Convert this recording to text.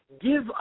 give